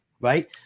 right